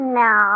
no